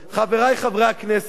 חברי חברי הכנסת,